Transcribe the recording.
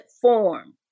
form